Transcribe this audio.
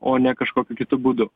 o ne kažkokiu kitu būdu